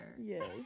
Yes